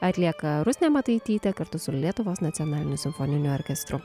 atlieka rusnė mataitytė kartu su lietuvos nacionaliniu simfoniniu orkestru